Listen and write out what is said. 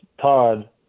Todd